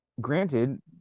granted